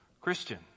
Christian